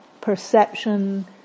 perception